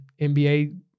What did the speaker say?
NBA